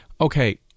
okay